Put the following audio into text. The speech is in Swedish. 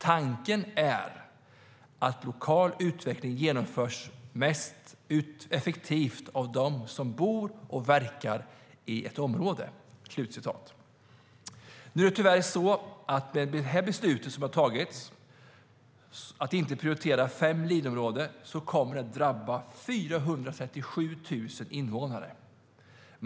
Tanken är att lokal utveckling genomförs mest effektivt av dem som bor och verkar i ett område. Genom att det beslut som har fattats tyvärr inte prioriterar fem Leaderområden kommer 437 000 invånare att drabbas.